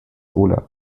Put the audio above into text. olav